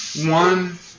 one